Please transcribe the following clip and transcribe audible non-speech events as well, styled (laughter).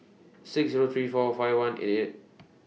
six Zero three four five one (hesitation)